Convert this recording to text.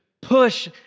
push